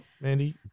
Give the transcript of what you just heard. Mandy